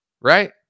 right